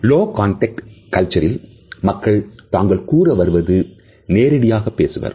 low context கல்ச்சரில் மக்கள் தாங்கள் கூற வருவது நேரடியாக பேசுவர்